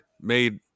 made